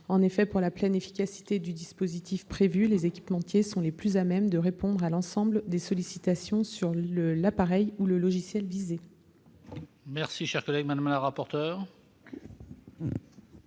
En effet, pour la pleine efficacité du dispositif prévu, les équipementiers sont les plus à même de répondre à l'ensemble des sollicitations sur l'appareil ou le logiciel visé. Quel est l'avis de la commission